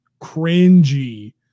cringy